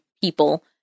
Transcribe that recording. people